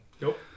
Nope